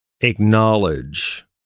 acknowledge